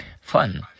Fun